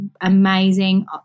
amazing